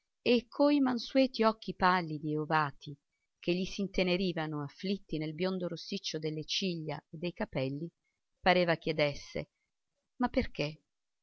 e coi mansueti occhi pallidi e ovati che gli s'intenerivano afflitti nel biondo rossiccio delle ciglia e dei capelli pareva chiedesse ma perché